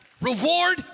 Reward